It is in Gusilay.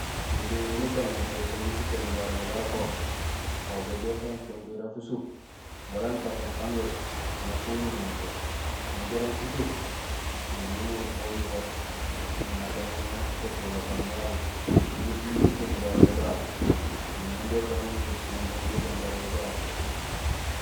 Fuyundum éni ucaméén éték fo imbi fuséni barogé bara fo aw béjoow uhajéén fo jaraam fusup wala nusapéén sambun nuŋa fo uruméén to kun jaraam fusup kindi uŋoru fo uyihéén nuŋar gañéni nak uték do gabang gagu imbi fuju fuséni barogé babu oli mon inja ukaan mé nuték fuyundum.